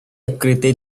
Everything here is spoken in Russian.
открытые